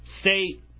state